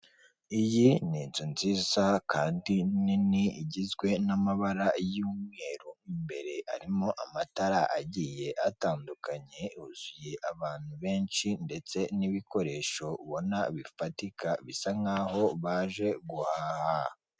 Ibiti byiza bizana akayaga ndetse n'amahumbezi akazura abantu bicaramo bategereje imodoka ndetse n'imodoka y'ivaturi, umumotari ndetse n'indi modoka ibari imbere itwara imizigo.